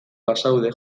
bazaude